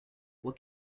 what